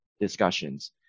discussions